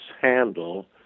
handle